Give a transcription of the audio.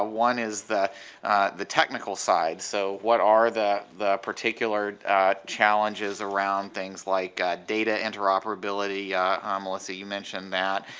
ah one is the the technical side so what are the the particular challenges around things like that ah data interoperability ah melissa you mentioned that,